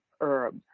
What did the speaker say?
herbs